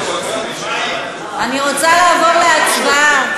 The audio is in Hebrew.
אני רוצה לעבור להצבעה.